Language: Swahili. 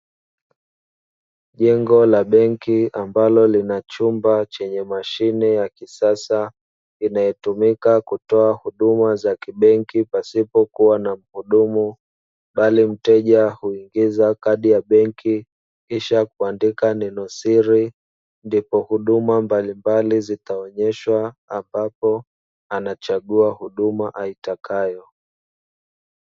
Jengo la benki ambalo ina chumba chenye mashine ya kisasa ambayo inatumika kutoa huduma za kibenki, pasipokuwa na muhudumu bali mteja huingiza kadi ya benki kisha neno siri ndo huduma mbalimbali zitaoneshwa ambapo anachagua huduma aitakayo.